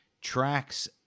tracks